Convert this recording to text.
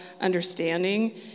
understanding